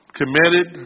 committed